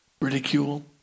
ridicule